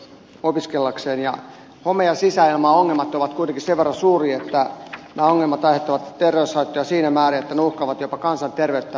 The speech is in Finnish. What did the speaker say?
home ja sisäilmaongelmat ovat kuitenkin sen verran suuria nämä ongelmat aiheuttavat terveyshaittoja siinä määrin että ne uhkaavat jopa kansanterveyttämme